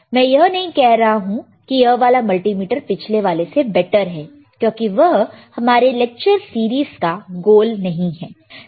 मैं यह नहीं कह रहा हूं कि यह वाला मल्टीमीटर पिछले वाले से बेटर है क्योंकि वह हमारे लेक्चर सीरीज का गोल नहीं है